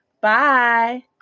Bye